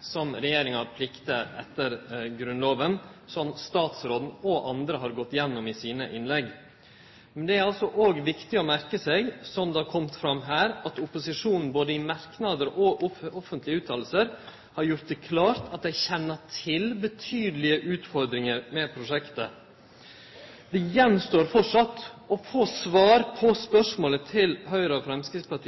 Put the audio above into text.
som regjeringa plikter etter Grunnlova, slik statsråden og andre har gått igjennom i innlegga sine. Men det er òg viktig å merke seg, slik det har kome fram her, at opposisjonen både i merknader og i offentlige fråsegner har gjort det klart at dei kjenner til betydelege utfordringar med prosjektet. Det står framleis att å få svar